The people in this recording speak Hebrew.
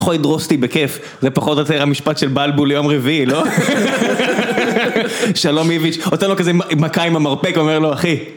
יכול לדרוס אותי בכיף, זה פחות או יותר המשפט של בלבול ליום רביעי, לא? שלום איביץ', נותן לו כזה מכה עם המרפק, אומר לו, אחי...